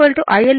9 o